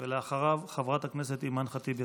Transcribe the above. אחריו, חברת הכנסת אימאן ח'טיב יאסין.